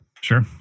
Sure